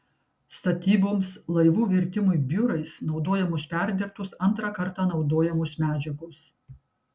statyboms laivų virtimui biurais naudojamos perdirbtos antrą kartą naudojamos medžiagos